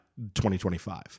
2025